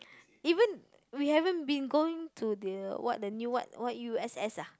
even we haven't been going to the what the new what what U_S_S ah